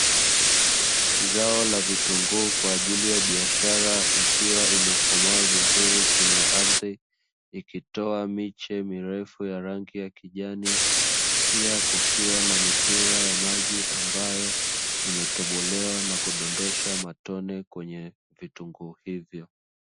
Zao la vitunguu kwa ajili ya biashara, ikiwa imekomaa vizuri chini ya ardhi, ikitoa miche mirefu ya rangi ya kijani pia kukiwa na mipira ya maji ambayo imetobolewa na kudondosha matone kwenye vitunguu hivyo.